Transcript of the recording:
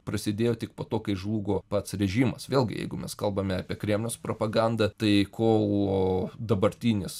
prasidėjo tik po to kai žlugo pats režimas vėlgi jeigu mes kalbame apie kremliaus propaganda tai ko dabartinis